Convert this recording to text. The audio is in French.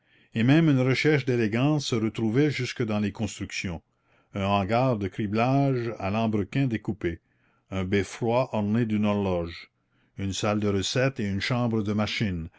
et même une recherche d'élégance se retrouvait jusque dans les constructions un hangar de criblage à lambrequin découpé un beffroi orné d'une horloge une salle de recette et une chambre de machine